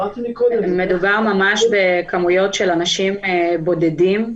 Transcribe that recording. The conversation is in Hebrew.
מדובר באנשים בודדים,